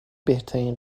بهترین